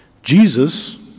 Jesus